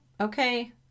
okay